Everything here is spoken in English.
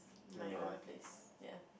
my own place ya